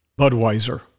Budweiser